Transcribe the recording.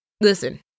listen